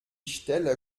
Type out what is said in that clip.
stelle